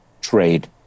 trade